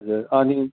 ए अनि